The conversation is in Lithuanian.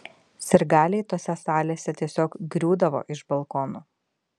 sirgaliai tose salėse tiesiog griūdavo iš balkonų